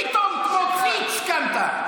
פתאום כמו קפיץ קמת.